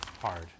Hard